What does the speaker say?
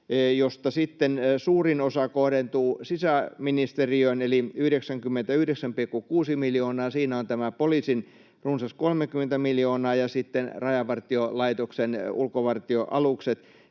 sitten suurin osa kohdentuu sisäministeriöön, eli 99,6 miljoonaa. Siinä on tämä poliisin runsas 30 miljoonaa ja sitten Rajavartiolaitoksen ulkovartioalukset.